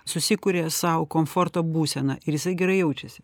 susikuria sau komforto būseną ir jisai gerai jaučiasi